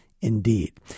Indeed